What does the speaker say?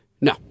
No